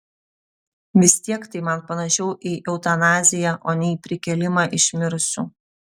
vis tiek tai man panašiau į eutanaziją o ne į prikėlimą iš mirusių